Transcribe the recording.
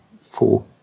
four